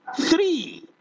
three